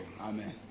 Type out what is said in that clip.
Amen